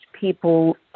people